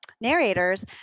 narrators